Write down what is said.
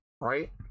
Right